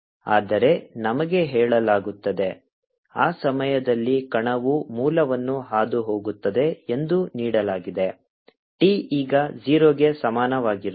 ಆದರೆ ನಮಗೆ ಹೇಳಲಾಗುತ್ತದೆ ಆ ಸಮಯದಲ್ಲಿ ಕಣವು ಮೂಲವನ್ನು ಹಾದುಹೋಗುತ್ತದೆ ಎಂದು ನೀಡಲಾಗಿದೆ t ಈಗ 0 ಗೆ ಸಮಾನವಾಗಿರುತ್ತದೆ